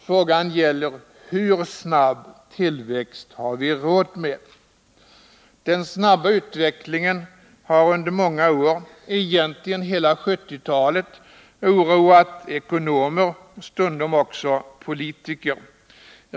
Frågan gäller hur snabb tillväxt vi har råd med. Den snabba utvecklingen har under många år — egentligen under hela 1970-talet — oroat ekonomer och stundom också politiker.